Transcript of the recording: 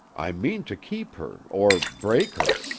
i mean to keep her or break her.